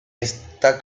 está